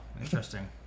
Interesting